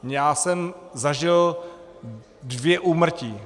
Já jsem zažil dvě úmrtí.